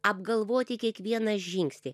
apgalvoti kiekvieną žingsnį